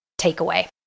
takeaway